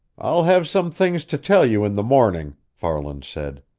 i'll have some things to tell you in the morning, farland said.